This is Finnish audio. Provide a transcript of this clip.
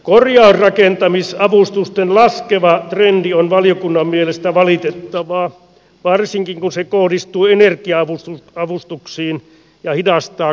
korjausrakentamisavustusten laskeva trendi on valiokunnan mielestä valitettavaa varsinkin kun se kohdistuu energia avustuksiin ja hidastaa korjausrakentamista